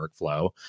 workflow